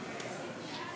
כן.